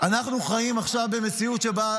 אנחנו חיים במציאות שבה,